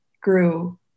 grew